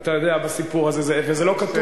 וזה לא כתוב.